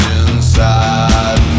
inside